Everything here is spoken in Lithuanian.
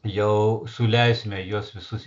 jau suleisime juos visus